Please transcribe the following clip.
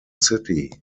city